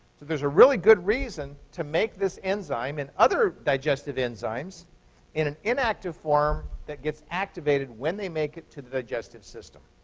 there's a really good reason to make this enzyme and other digestive enzymes in an inactive form that gets activated when they make it to the digestive system.